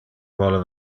vole